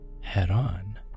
head-on